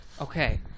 Okay